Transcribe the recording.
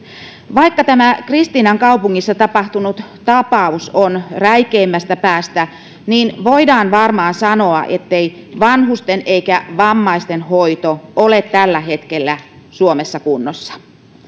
vaikka tämä kristiinankaupungissa tapahtunut tapaus on räikeimmästä päästä voidaan varmaan sanoa ettei vanhusten eikä vammaistenhoito ole tällä hetkellä suomessa kunnossa